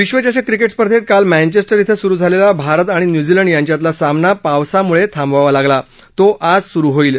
विश्वचषक क्रिकेट स्पर्धेत काल मैंचेस्टर शें सुरु झालेला भारत आणि न्यूझीलंड यांच्यातला सामना पावसामुळे थांबवावा लागला तो आज सुरु होईल